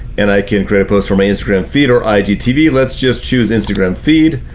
and i can create a post from my instagram feed or igtv, let's just choose instagram feed.